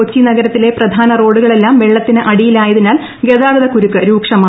കൊച്ചി നഗരത്തിലെ പ്രധാന റോഡുകളെല്ലാം വെള്ളത്തിന് അടിയിലായതിനാൽ ഗതാഗതക്കുരുക്ക് രൂക്ഷമായി